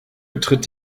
betritt